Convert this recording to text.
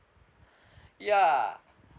ya